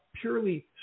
purely